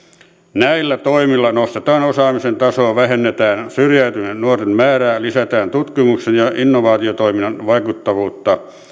näillä toimilla nostetaan osaamisen tasoa vähennetään syrjäytyneiden nuorten määrää lisätään tutkimuksen ja ja innovaatiotoiminnan vaikuttavuutta